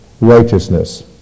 righteousness